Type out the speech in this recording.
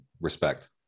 respect